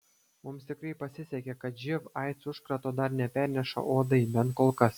mums tikrai pasisekė kad živ aids užkrato dar neperneša uodai bent kol kas